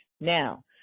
Now